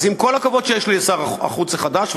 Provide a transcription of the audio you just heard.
אז עם כל הכבוד שיש לי לשר החוץ החדש,